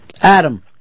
Adam